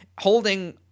holding